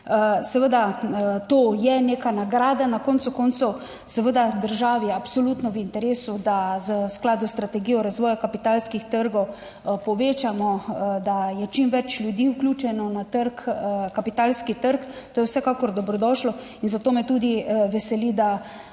Seveda, to je neka nagrada na koncu koncev, seveda je državi absolutno v interesu, da v skladu s strategijo razvoja kapitalskih trgov povečamo, da je čim več ljudi vključenih na kapitalski trg, to je vsekakor dobrodošlo in zato me tudi veseli, da